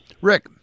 Rick